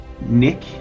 Nick